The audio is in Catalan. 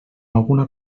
alguna